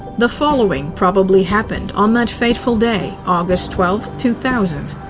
the following probably happened on that fateful day, august twelfth, two thousand.